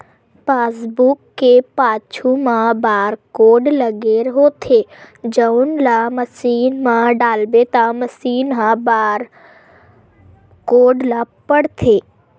passbook के पाछू म बारकोड लगे होथे जउन ल मसीन म डालबे त मसीन ह बारकोड ल पड़थे